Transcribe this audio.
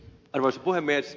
arvoisa puhemies